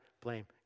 blame